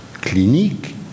clinique